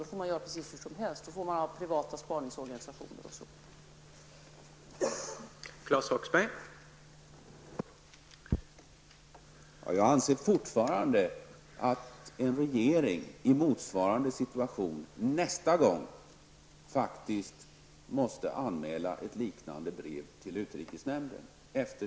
Då får man göra precis hur som helst, man får ha privata spaningsorganisationer osv.